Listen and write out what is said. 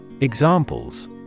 Examples